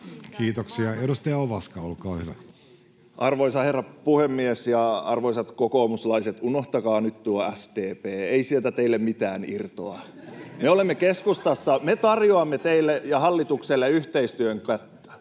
Kiitoksia. — Edustaja Ovaska, olkaa hyvä. Arvoisa herra puhemies! Arvoisat kokoomuslaiset, unohtakaa nyt tuo SDP, ei sieltä teille mitään irtoa. Me olemme keskustassa — me tarjoamme teille ja hallitukselle yhteistyön kättä.